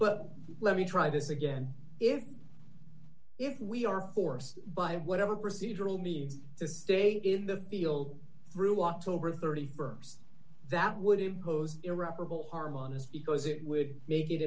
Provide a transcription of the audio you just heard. but let me try this again if if we are forced by whatever procedural means to stay in the deal through october st that would impose irreparable harm on his because it would make it